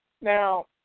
now